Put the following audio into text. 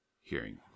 hearing